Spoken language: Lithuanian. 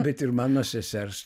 bet ir mano sesers